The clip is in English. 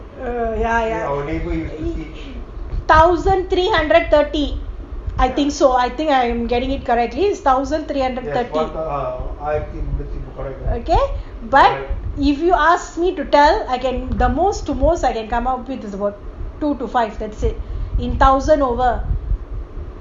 ugh ya ya thousand three hundred thirty I think so I think I'm getting it correctly is thousand three hundred twenty but if you ask me to tell the most to most I can come up with is two to five in thousand over